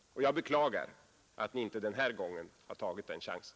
Jag beklagar att ni inte den här gången har tagit den chansen.